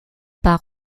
par